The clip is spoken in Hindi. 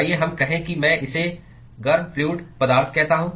आइए हम कहें कि मैं इसे गर्म फ्लूअड पदार्थ कहता हूं